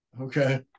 Okay